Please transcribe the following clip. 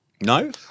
No